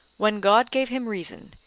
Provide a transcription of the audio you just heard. when god gave him reason,